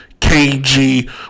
KG